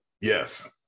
yes